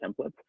templates